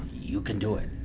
you can do it!